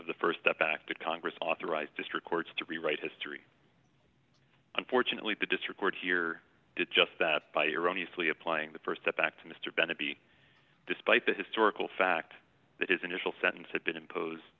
of the st step back to congress authorized district courts to rewrite history unfortunately the district court here did just that by your own easily applying the st step back to mr ben to be despite the historical fact that his initial sentence had been impose